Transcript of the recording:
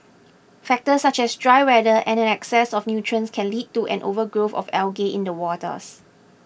factors such as dry weather and an excess of nutrients can lead to an overgrowth of algae in the waters